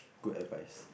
good advise